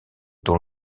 dont